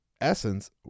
essence